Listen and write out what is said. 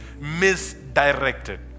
misdirected